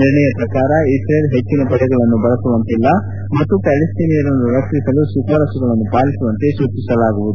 ನಿರ್ಣಯ ಪ್ರಕಾರ ಇಸ್ರೇಲ್ ಹೆಚ್ಚಿನ ಪಡೆಗಳನ್ನು ಬಳಸುವಂತಿಲ್ಲ ಮತ್ತು ಪ್ಯಾಲಿಸ್ತೀನಿಯರನ್ನು ರಕ್ಷಿಸಲು ಶಿಫಾರಸುಗಳನ್ನು ಪಾಲಿಸುವಂತೆ ಸೂಚಿಸಲಾಗುವುದು